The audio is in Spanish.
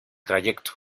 trayecto